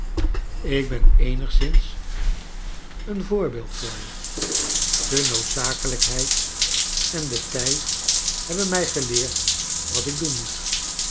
ik ben eenigszins een voorbeeld voor je de noodzakelijkheid en de tijd hebben mij geleerd wat ik doen moet